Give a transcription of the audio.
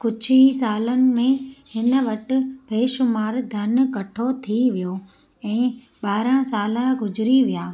कुझु सालनि में हिन वटि बेशुमारु धन इकठो थी वियो ऐं ॿारहं साल गुज़री विया